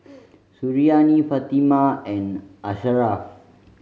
Suriani Fatimah and Asharaff